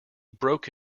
broke